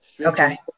okay